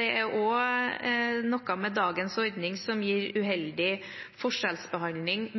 Det er også noe med dagens ordning som gir uheldig forskjellsbehandling